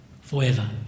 forever